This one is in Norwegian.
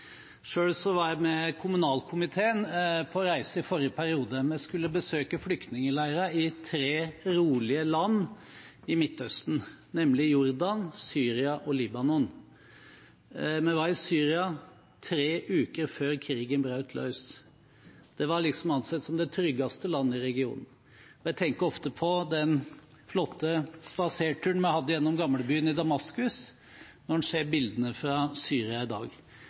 var jeg med kommunalkomiteen på reise i forrige periode. Vi skulle besøke flyktningleirer i tre rolige land i Midtøsten, nemlig Jordan, Syria og Libanon. Vi var i Syria tre uker før krigen brøt løs. Det var ansett som det tryggeste landet i regionen. Jeg tenker ofte på den flotte spaserturen vi hadde gjennom gamlebyen i Damaskus, når vi ser bildene fra Syria i dag.